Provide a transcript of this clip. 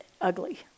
ugly